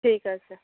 ঠিক আছে